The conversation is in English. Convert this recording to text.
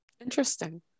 Interesting